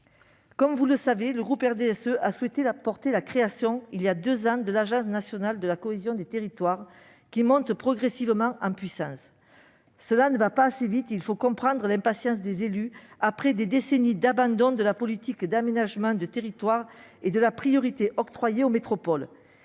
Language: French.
madame la ministre, le groupe du RDSE a promu la création, voilà deux ans, de l'Agence nationale de la cohésion des territoires, qui monte progressivement en puissance. Cela ne va pas assez vite et il faut comprendre l'impatience des élus après des décennies d'abandon de la politique d'aménagement du territoire et de la priorité octroyée aux métropoles,